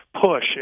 push